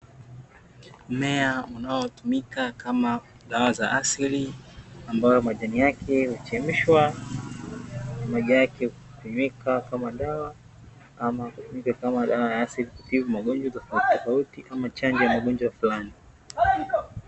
Mmea unatumika kama dawa za asili ambao majani yake huchemshwa na maji yake kutumika kama dawa, ama dawa za asili kutibu magonjwa tofautitofauti, kama chanjo ya magonjwa fulani.